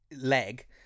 leg